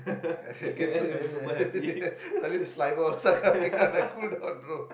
I get !ee! suddenly saliva all this one coming I'm like cool down bro